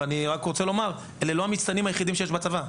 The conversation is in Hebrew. ואני רוצה לומר שהם לא המצטיינים היחידים שיש בצבא.